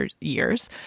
years